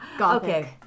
Okay